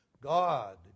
God